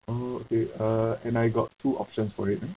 oh okay uh and I got two options for it !huh!